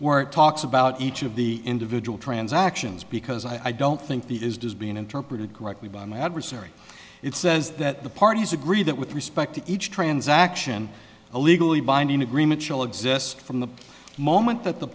work talks about each of the individual transactions because i don't think the is just being interpreted correctly by my adversary it says that the parties agree that with respect to each transaction a legally binding agreement shall exist from the moment that the